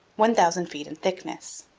one thousand feet in thickness.